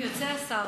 בדיוק יוצא השר.